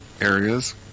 areas